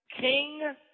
king